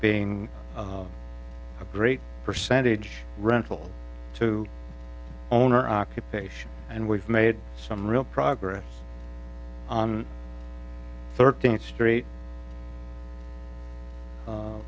being a great percentage rental to owner occupation and we've made some real progress on thirteenth street